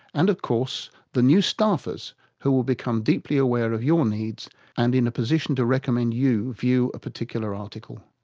and of course, the new staffers who will become deeply aware of your needs and in a position to recommend you view a particular article.